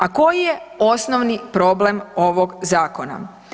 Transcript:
A koji je osnovni problem ovog zakona?